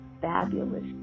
fabulous